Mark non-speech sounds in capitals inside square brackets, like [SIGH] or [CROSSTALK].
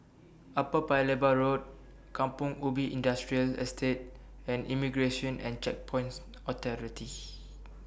Upper Paya Lebar Road Kampong Ubi Industrial Estate and Immigration and Checkpoints Authority [NOISE]